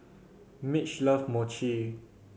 Mitch love Mochi